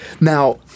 now